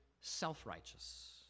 self-righteous